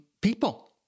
people